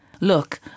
Look